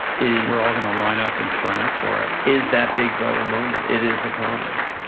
is we're all gonna line up and sign up for it. is that big brother moment, it is upon us.